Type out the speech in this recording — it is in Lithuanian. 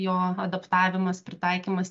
jo adaptavimas pritaikymas